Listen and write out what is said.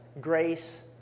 Grace